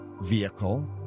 vehicle